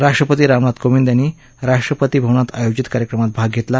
राष्ट्रपती रामनाथ कोविंद यांनी राष्ट्रपती भवनात आयोजित कार्यक्रमात भाग घेतला